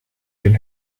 den